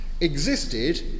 existed